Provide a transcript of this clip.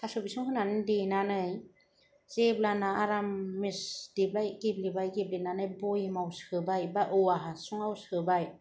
थास' बिसं होनान देनानै जेब्लाना आराम देबाय गेब्लेबाय गेब्लेनानै बयामाव सोबाय बा औवा हासुङाव सोबाय